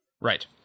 Right